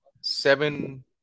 seven